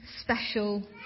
special